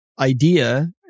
idea